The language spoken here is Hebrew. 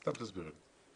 סתם תסבירי לי.